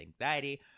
anxiety